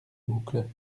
boucles